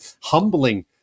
humbling